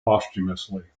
posthumously